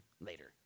Later